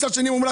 את אומרת